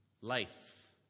life